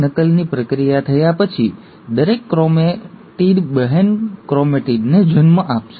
નકલની પ્રક્રિયા થયા પછી દરેક ક્રોમેટિડ બહેન ક્રોમેટિડને જન્મ આપશે